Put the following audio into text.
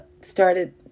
started